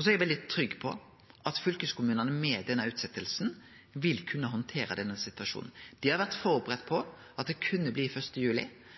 Så er eg veldig trygg på at fylkeskommunane med denne utsetjinga vil kunne handtere situasjonen. Dei har vore førebudde på at det kunne bli 1. juli.